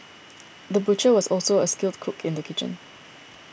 the butcher was also a skilled cook in the kitchen